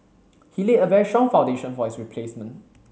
he laid a very strong foundation for his replacement